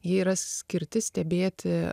jie yra skirti stebėti